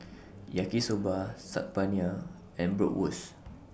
Yaki Soba Saag Paneer and Bratwurst